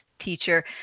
teacher